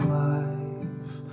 life